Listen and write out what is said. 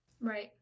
Right